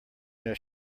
there